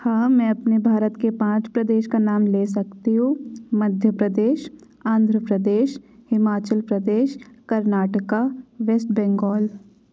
हाँ मैं अपने भारत के पाँच प्रदेश का नाम ले सकती हूँ मध्य प्रदेश आन्ध्र प्रदेश हिमाचल प्रदेश कर्नाटका बेस्ट बंगाल